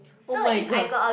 oh-my-god